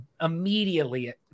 immediately